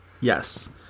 Yes